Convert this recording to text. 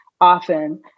often